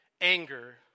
anger